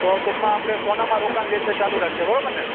તો ટૂંકમાં આપણે સોનામાં રોકાણ જે છે ચાલુ રાખીએ બરોબર ને